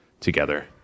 together